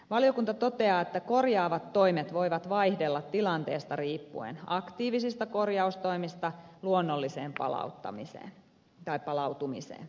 valiokunta toteaa että korjaavat toimet voivat vaihdella tilanteesta riippuen aktiivisista korjaustoimista luonnolliseen palautumiseen